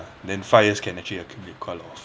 then five years can actually accumulate quite a lot of